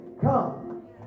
come